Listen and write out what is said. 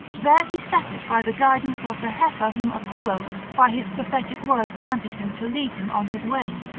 there he settled by the guidance of the heifer whom apollo by his prophetic word granted him to lead him on his way.